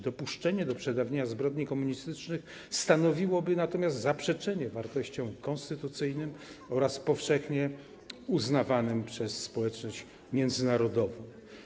Dopuszczenie do przedawnienia zbrodni komunistycznych stanowiłoby natomiast zaprzeczenie wartościom konstytucyjnym oraz powszechnie uznawanym przez społeczność międzynarodową.